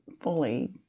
fully